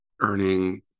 earning